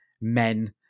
men